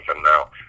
now